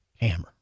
hammer